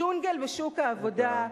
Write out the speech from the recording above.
ג'ונגל בשוק העבודה.